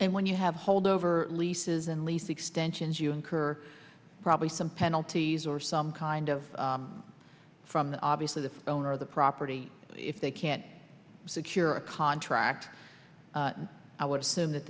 and when you have hold over leases and lease extensions you incur probably some penalties or some kind of from the obviously the owner of the property if they can't secure a contract i would assume that